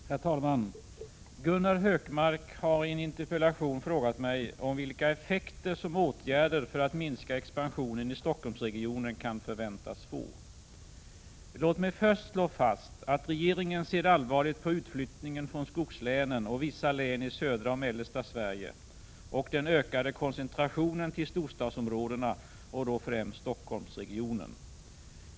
Herr talman! Gunnar Hökmark har i en interpellation frågat mig om vilka effekter som åtgärder för att minska expansionen i Stockholmsregionen kan förväntas få. Låt mig först slå fast att regeringen ser allvarligt på utflyttningen från skogslänen och vissa län i södra och mellersta Sverige samt den ökade koncentrationen till storstadsområdena och då främst Stockholmsregionen.